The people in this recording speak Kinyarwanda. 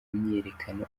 imyiyerekano